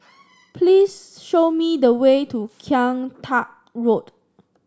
please show me the way to Kian Teck Road